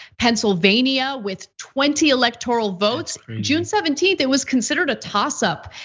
pennsylvania with twenty electoral votes, june seventeenth, it was considered a toss up.